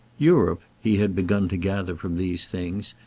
europe, he had begun to gather from these things,